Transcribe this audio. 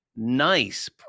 nice